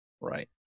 Right